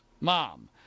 mom